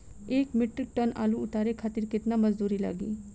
एक metric tonne आलू उतारे खातिर केतना मजदूरी लागेला?